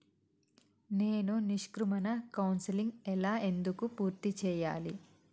నేను నిష్క్రమణ కౌన్సెలింగ్ ఎలా ఎందుకు పూర్తి చేయాలి?